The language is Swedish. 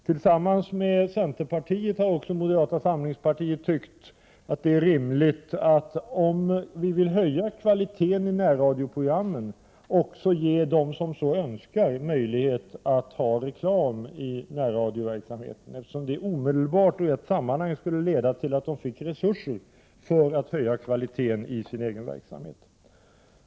Tillsammans med centerpartiet har moderata samlingspartiet framfört uppfattningen att det är rimligt att, om vi vill höja kvaliteten i närradioprogrammen, också ge dem som så önskar möjlighet att ha reklam i närradioverksamheten, eftersom det omedelbart och i ett sammanhang skulle leda till att de fick resurser att höja kvaliteten i sin egen verksamhet.